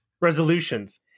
Resolutions